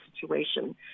situation